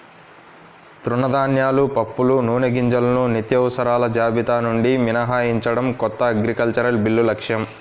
తృణధాన్యాలు, పప్పులు, నూనెగింజలను నిత్యావసరాల జాబితా నుండి మినహాయించడం కొత్త అగ్రికల్చరల్ బిల్లు లక్ష్యం